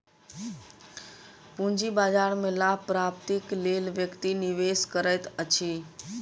पूंजी बाजार में लाभ प्राप्तिक लेल व्यक्ति निवेश करैत अछि